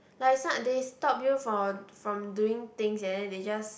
like some they stop you for from doing things and then they just